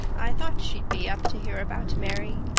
i thought she'd be up to hear about mary.